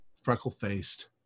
freckle-faced